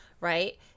right